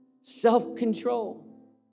self-control